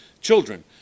children